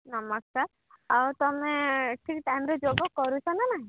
ନମସ୍କାର ଆଉ ତୁମେ ଠିକ୍ ଟାଇମ୍ରେ ଯୋଗ କରୁଛ ନା ନାଇଁ